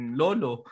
lolo